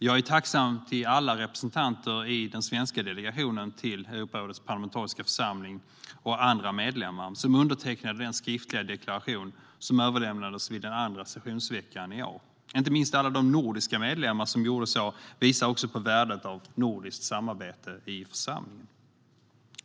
Jag är tacksam för alla svenska representanter i den svenska delegationen till Europarådets parlamentariska församling och andra medlemmar som undertecknade den skriftliga deklaration som överlämnades under den andra sessionsveckan i år. Inte minst alla de nordiska medlemmar som gjorde så visar på värdet av nordiskt samarbete i församlingen.